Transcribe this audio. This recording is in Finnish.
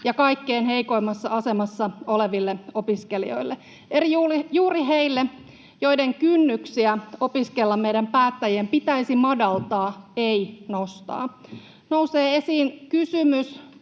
ja kaikkein heikoimmassa asemassa oleville opiskelijoille eli juuri heille, joiden kynnyksiä opiskella meidän päättäjien pitäisi madaltaa, ei nostaa. Nousee esiin kysymys,